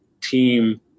team –